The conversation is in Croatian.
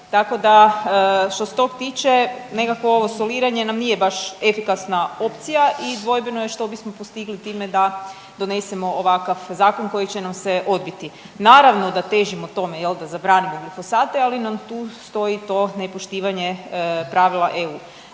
Tako da što se tog tiče nekako ovo soliranje nam nije baš efikasna opcija i dvojbeno je što bismo postigli time da donesemo ovakav zakon koji će nam se odbiti. Naravno da težimo tome, jel' da zabranimo glifosate, ali nam tu stoji to nepoštivanje pravila EU.